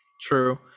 True